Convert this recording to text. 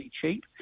cheap